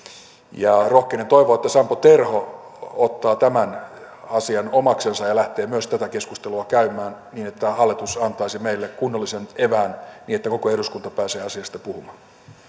ja rohkenen toivoa että sampo terho ottaa tämän asian omaksensa ja lähtee myös tätä keskustelua käymään niin että hallitus antaisi meille kunnollisen evään niin että koko eduskunta pääsee asiasta puhumaan